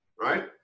right